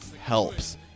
helps